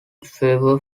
fever